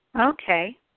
Okay